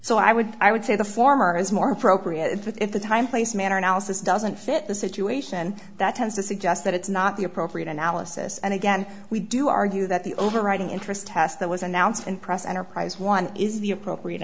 so i would i would say the former is more appropriate but if the time place manner analysis doesn't fit the situation that tends to suggest that it's not the appropriate analysis and again we do argue that the overriding interest test that was announced in press enterprise one is the appropriate